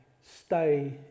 stay